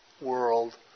world